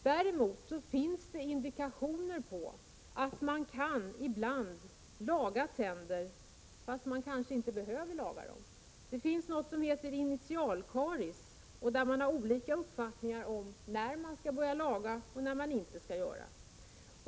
Däremot finns det indikationer på att tänder ibland lagas fastän de inte behöver lagas. Det finns något som heter initialkaries, och det finns i det sammanhanget olika uppfattningar om när man skall laga och inte skall laga.